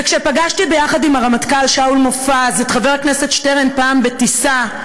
וכשפגשתי יחד עם הרמטכ"ל שאול מופז את חבר הכנסת שטרן פעם בטיסה,